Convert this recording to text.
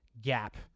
gap